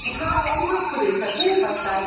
हँ उम्हरो पुजै छथिन बरसाइत